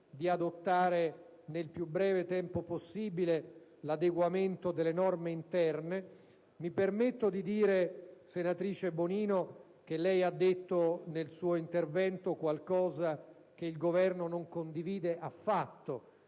di procedere nel più breve tempo possibile all'adeguamento delle norme interne. Mi permetto di dire, senatrice Bonino, che lei nel suo intervento ha detto qualcosa che il Governo non condivide affatto,